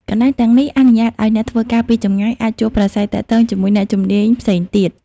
កន្លែងទាំងនេះអនុញ្ញាតឱ្យអ្នកធ្វើការពីចម្ងាយអាចជួបប្រាស្រ័យទាក់ទងជាមួយអ្នកជំនាញផ្សេងទៀត។